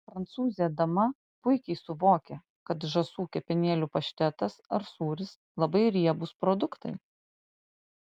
prancūzė dama puikiai suvokia kad žąsų kepenėlių paštetas ar sūris labai riebūs produktai